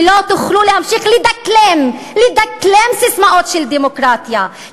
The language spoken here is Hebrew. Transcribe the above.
ולא תוכלו להמשיך לדקלם לדקלם ססמאות של דמוקרטיה,